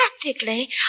practically